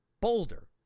Boulder